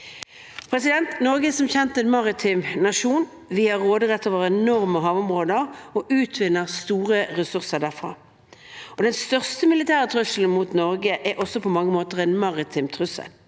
sikkerhet. Norge er, som kjent, en maritim nasjon. Vi har råderett over enorme havområder og utvinner store ressurser derfra. Den største militære trusselen mot Norge er på mange måter en maritim trussel.